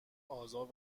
آزار